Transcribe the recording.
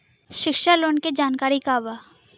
शिक्षा लोन के जानकारी का बा?